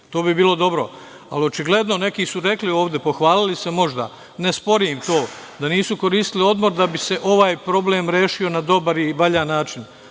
To bi bilo dobro. Ali, očigledno, neki su rekli ovde, pohvalili se možda, ne sporim to, da nisu koristili Odbor, da bi se ovaj problem rešio na dobar i valjan način.